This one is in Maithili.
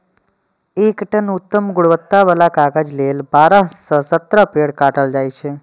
एक टन उत्तम गुणवत्ता बला कागज लेल बारह सं सत्रह पेड़ काटल जाइ छै